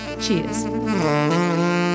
Cheers